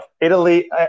Italy